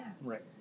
Right